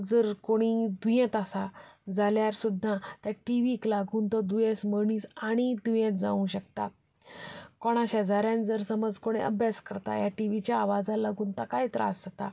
जर कोणूय दुयेंत आसा जाल्यार सुद्दां टी व्हीक लागून तो दुयेंत मनीस आनीक दुयेंत जावंक शकता काण शेजाऱ्यांत जर समज अभ्यास करता ह्या टी व्हीच्या आवाजाक लागून ताकाय त्रास जाता